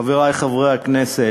חברי חברי הכנסת,